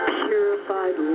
purified